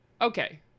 okay